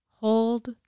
Hold